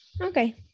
Okay